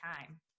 time